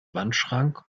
wandschrank